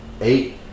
eight